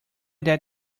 that